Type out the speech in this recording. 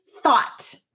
Thought